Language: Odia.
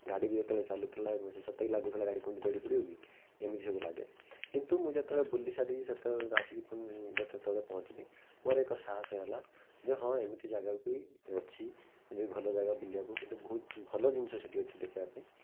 ଗାଡ଼ି ବି ଯେତେବେଳେ ଚାଲୁଥିଲା ମୋତେ ସତେକି ଲାଗୁଥିଲା ଗାଡ଼ି କେଉଁଠି ଗଳି ପଡ଼ିବ କି ଏମିତି ସବୁ ଲାଗେ କିନ୍ତୁ ମୁଁ ଯେତେବେଳେ ବୁଲି ସାରିକି ସେତେବେଳେ ଆସିକି ପୁଣି ଯେତେବେଳେ ତଳେ ପହଞ୍ଚିଲି ମୋର ଏକ ସାହସ ହେଲା ଯେ ହଁ ଏମିତି ଜାଗା ବି ଅଛି ଯେ ଭଲ ଜାଗା ବୁଲିବାକୁ କିନ୍ତୁ ବହୁତ ଭଲ ଜିନିଷ ସେଇଠି ଅଛି ଦେଖିବା ପାଇଁ